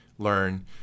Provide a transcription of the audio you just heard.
learn